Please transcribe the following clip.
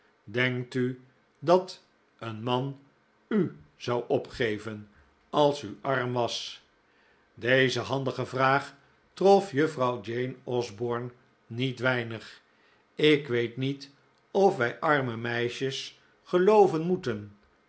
denkt u dat een man u zou opgeven als u arm was deze handige vraag trof juffrouw jane osborne niet weinig ik weet niet of wij arme meisjes